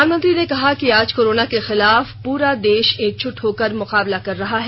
प्रधानमंत्री ने कहा कि आज कोरोना के खिलाफ प्रा देश एक जुट होकर मुकाबला कर रहा है